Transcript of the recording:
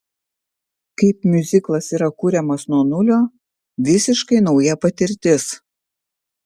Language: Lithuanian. kaip miuziklas yra kuriamas nuo nulio visiškai nauja patirtis